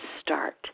start